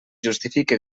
justifique